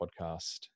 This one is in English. podcast